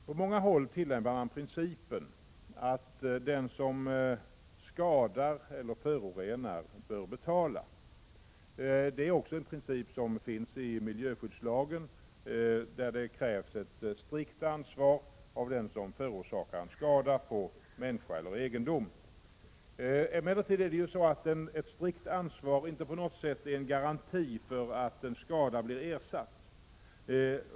På många håll tillämpar man principen att den som skadar eller förorenar bör betala. Det är också en princip som tillämpas i miljöskyddslagen, där det krävs ett strikt ansvar av den som förorsakar en skada på människa eller egendom. Ett strikt ansvar är emellertid inte på något sätt en garanti för att en skada blir ersatt.